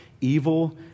evil